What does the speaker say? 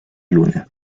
luna